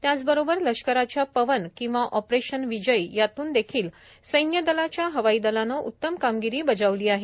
त्याचबरोबर लष्कराच्या पवन किंवा ऑपरेशन विजय यातून देखील सैन्य दलाच्या हवाई दलाने उतम कामगिरी बजावली आहे